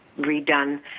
redone